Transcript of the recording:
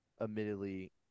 Admittedly